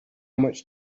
much